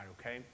okay